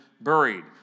buried